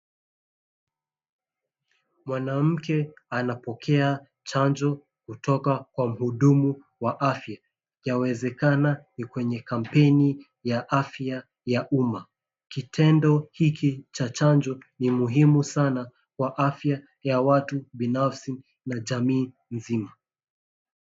Mwanamke anapokea chanjo kutoka kwa muhudumu wa afya, yawezekana ni kwenye kampeni ya afya ya umma. Kitendo hiki cha chanjo ni muhimu sana kwa afya ya watu binafsi na jamii nzima.